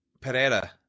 Pereira